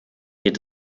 geht